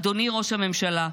אדוני ראש הממשלה,